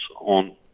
on